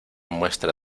muestra